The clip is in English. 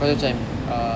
all the time ah